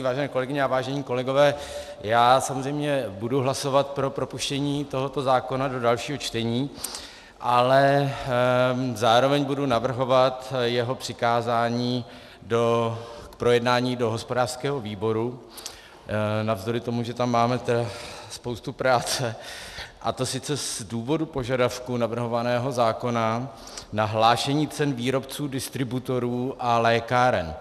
Vážené kolegyně a vážení kolegové, já samozřejmě budu hlasovat pro propuštění tohoto zákona do dalšího čtení, ale zároveň budu navrhovat jeho přikázání k projednání do hospodářského výboru, navzdory tomu, že tam máme spoustu práce, a to z důvodu požadavku navrhovaného zákona na hlášení cen výrobců, distributorů a lékáren.